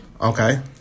Okay